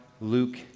Luke